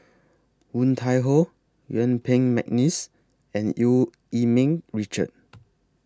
Woon Tai Ho Yuen Peng Mcneice and EU Yee Ming Richard